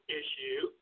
issue